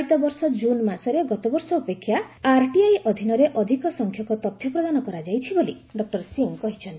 ଚଳିତବର୍ଷ ଜୁନ୍ ମାସରେ ଗତବର୍ଷ ଅପେକ୍ଷା ଆର୍ଟିଆଇ ଅଧୀନରେ ଅଧିକ ସଂଖ୍ୟକ ତଥ୍ୟ ପ୍ରଦାନ କରାଯାଇଛି ବୋଲି ଡକ୍ର ସିଂ କହିଛନ୍ତି